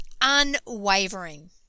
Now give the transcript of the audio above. unwavering